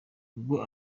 ubwo